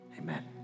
Amen